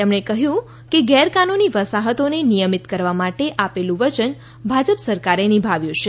તેમણે કહ્યું કે ગેરકાનૂની વસાહતોને નિયમિત કરવા માટે આપેલું વચન ભાજપ સરકારે નિભાવ્યું છે